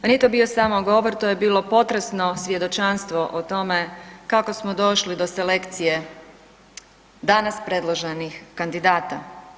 A nije to bio samo govor to je bilo potresno svjedočanstvo o tome kako smo došli do selekcije danas predloženih kandidata.